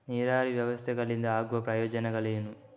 ನೀರಾವರಿ ವ್ಯವಸ್ಥೆಗಳಿಂದ ಆಗುವ ಪ್ರಯೋಜನಗಳೇನು?